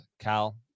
Cal